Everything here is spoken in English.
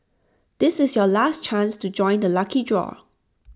this is your last chance to join the lucky draw